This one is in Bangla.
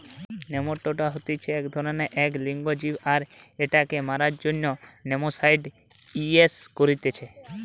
নেমাটোডা হতিছে এক ধরণেরএক লিঙ্গ জীব আর এটাকে মারার জন্য নেমাটিসাইড ইউস করতিছে